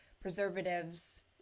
preservatives